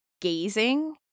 gazing